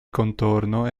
contorno